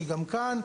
שצוין גם כאן,